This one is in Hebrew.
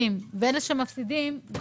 יש מי שמפסידים,